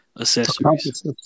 accessories